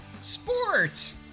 sports